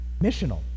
missional